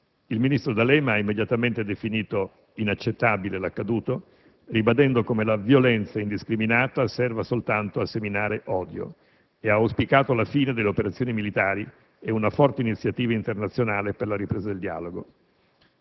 Il ministro D'Alema ha immediatamente definito «inaccettabile» l'accaduto, ribadendo come «la violenza indiscriminata serva soltanto a seminare odio» e ha auspicato la fine delle operazioni militari e una forte iniziativa internazionale per la ripresa del dialogo.